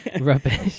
rubbish